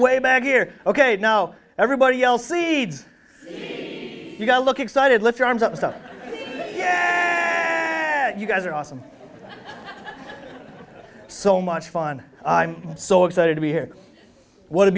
way back here ok now everybody else cedes you gotta look excited let your arms up stuff yet you guys are awesome so much fun i'm so excited to be here what a